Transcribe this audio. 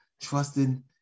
Trusting